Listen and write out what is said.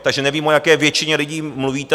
Takže nevím, o jaké většině lidí mluvíte.